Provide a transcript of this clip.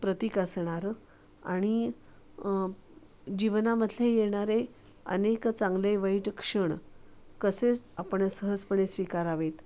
प्रतीक असणारं आणि जीवनामधले येणारे अनेक चांगले वाईट क्षण कसेच आपण सहजपणे स्वीकारावेत